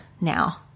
now